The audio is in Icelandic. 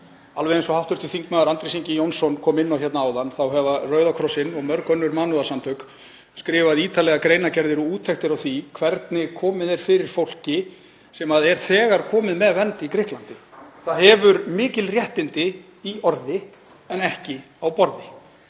Alveg eins og hv. þm. Andrés Ingi Jónsson kom inn á áðan hafa Rauða krossinn og mörg önnur mannúðarsamtök skrifað ítarlegar greinargerðir og úttektir á því hvernig komið er fyrir fólki sem er þegar komið með vernd í Grikklandi. Það hefur mikil réttindi í orði en ekki á borði.